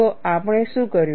તો આપણે શું કર્યું